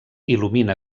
il·lumina